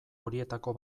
horietako